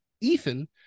Ethan